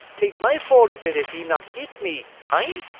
t ain't my fault of it if he not hit me, hein?